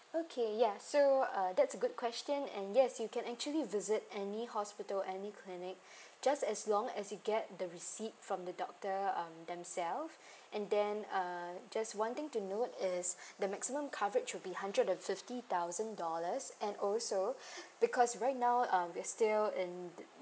okay ya so uh that's a good question and yes you can actually visit any hospital any clinic just as long as you get the receipt from the doctor um themselves and then uh just one thing to note is the maximum coverage will be hundred and fifty thousand dollars and also because right now um we're still in